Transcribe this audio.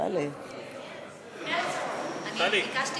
אני ביקשתי